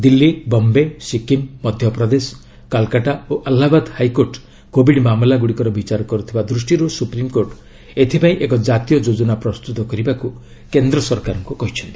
ଦିଲ୍ଲୀ ବମ୍ଭେ ସିକ୍କିମ୍ ମଧ୍ୟପ୍ରଦେଶ କାଲକାଟା ଓ Allahabad high court Covid ମାମଲା ଗୁଡ଼ିକର ବିଚାର କରୁଥିବାରୁ ସୁପ୍ରିମ୍କୋର୍ଟ ଏଥିପାଇଁ ଏକ ଜାତୀୟ ଯୋଜନା ପ୍ରସ୍ତୁତ କରିବାକୁ କେନ୍ଦ୍ର ସରକାରଙ୍କୁ କହିଛନ୍ତି